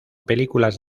películas